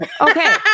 Okay